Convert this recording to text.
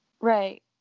Right